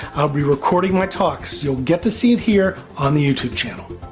i'll be recording my talk, so you'll get to see it here on the youtube channel.